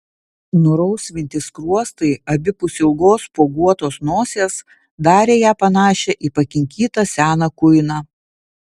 nurausvinti skruostai abipus ilgos spuoguotos nosies darė ją panašią į pakinkytą seną kuiną